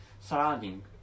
surrounding